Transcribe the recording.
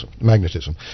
magnetism